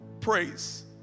praise